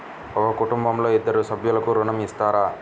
ఒక కుటుంబంలో ఇద్దరు సభ్యులకు ఋణం ఇస్తారా?